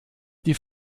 die